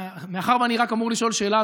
מאחר שאני רק אמור לשאול שאלה,